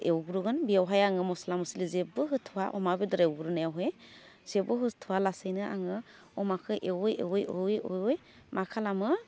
एवग्रोगोन बेयावहाय आङो मस्ला मस्लि जेबो होथ'वा अमा बेदर एवग्रोनायावहै जेबो होथ'वालासेनो आङो अमाखो एवै एवै एवै एवै मा खालामो